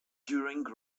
during